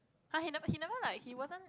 !huh! he never he never like he wasn't